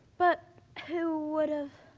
but who would have?